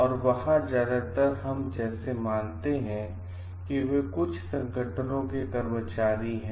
और वहाँ ज्यादातर हम जैसे मानते हैं वे कुछ संगठनों के कर्मचारी हैं